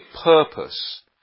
purpose